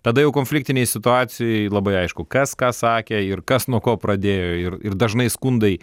tada jau konfliktinėj situacijoj labai aišku kas ką sakė ir kas nuo ko pradėjo ir ir dažnai skundai